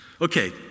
Okay